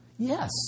Yes